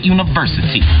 University